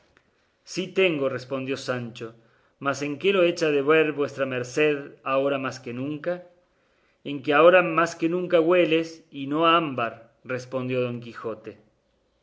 sí tengo respondió sancho mas en qué lo echa de ver vuestra merced ahora más que nunca en que ahora más que nunca hueles y no a ámbar respondió don quijote